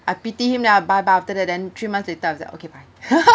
I pity him then I buy but after that then three months later I would said okay bye